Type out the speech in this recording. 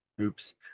Oops